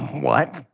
what?